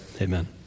Amen